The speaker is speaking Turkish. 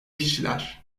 kişiler